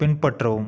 பின்பற்றவும்